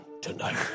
tonight